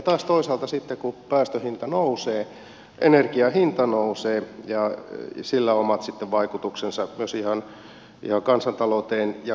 taas toisaalta sitten kun päästöhinta nousee energian hinta nousee ja sillä on sitten omat vaikutuksensa myös ihan kansantalouteen ja kansalaisiin